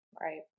right